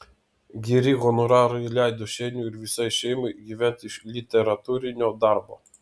geri honorarai leido šeiniui ir visai šeimai gyventi iš literatūrinio darbo